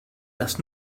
das